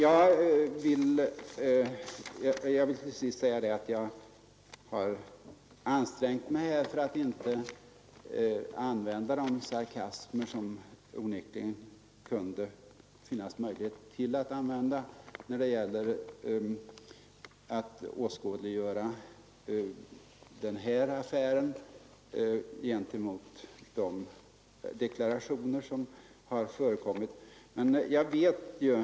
Till sist vill jag säga att jag har ansträngt mig för att inte använda de sarkasmer som det onekligen finns möjlighet att uttala när det gäller att åskådliggöra den här affären i verkningsfull kontrast mot de deklarationer som har förekommit vid högtidliga tillfällen.